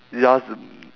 just